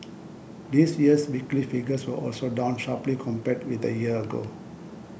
this year's weekly figures were also down sharply compared with a year ago